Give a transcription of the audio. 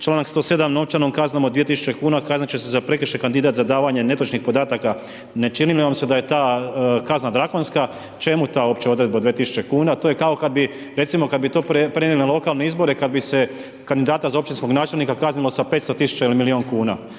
članak 107 novčanom kaznom od 2000 kuna kazniti će se za prekršaj kandidat za davanje netočnih podataka. Ne čini nam se da je ta kazna drakonska. Čemu ta uopće odredba od 2000 kuna? To je kao kada bi, recimo kada bi to prenijeli na lokalne izbore, kada bi se kandidata za općinskog načelnika kaznilo sa 500 tisuća ili milijun kuna.